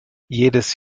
jedes